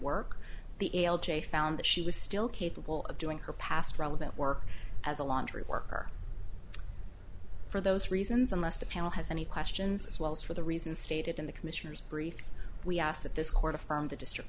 work the l j found that she was still capable of doing her past relevant work as a laundry worker for those reasons unless the panel has any questions as well as for the reason stated in the commissioner's brief we asked that this court affirmed the district